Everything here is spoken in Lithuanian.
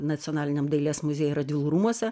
nacionaliniam dailės muziejuj radvilų rūmuose